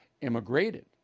immigrated